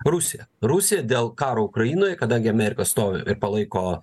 rusija rusija dėl karo ukrainoje kadangi amerika stovi ir palaiko